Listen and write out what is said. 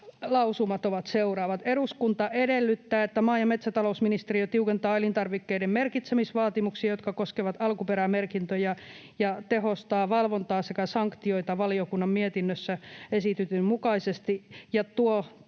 lausumat ovat seuraavat: ”Eduskunta edellyttää, että maa- ja metsätalousministeriö tiukentaa elintarvikkeiden merkitsemisvaatimuksia, jotka koskevat alkuperämerkintöjä, ja tehostaa valvontaa sekä sanktioita valiokunnan mietinnössä esitetyn mukaisesti